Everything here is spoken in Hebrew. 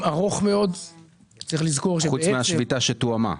חוץ מהשביתה שתואמה.